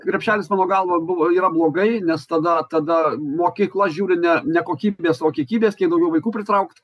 krepšelis mano galva buvo yra blogai nes tada tada mokykla žiūri ne ne kokybinės o kiekybės kaip daugiau vaikų pritraukt